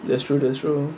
that's true that's true